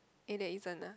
eh there isn't ah